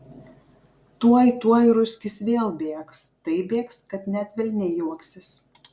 tuoj tuoj ruskis vėl bėgs taip bėgs kad net velniai juoksis